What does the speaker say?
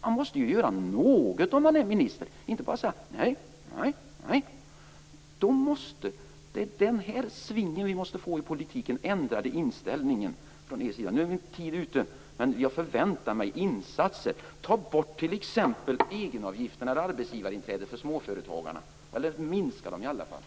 Man måste ju göra något om man är minister och inte bara säga nej, nej, nej. Socialdemokraterna måste ändra inställning i politiken. Min tid är ute nu, men jag förväntar mig insatser. Ta bort t.ex. egenavgifterna eller arbetsgivarinträdet för småföretagarna, eller minska dem i alla fall.